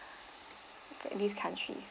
chinese country